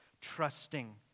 trusting